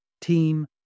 team